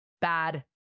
bad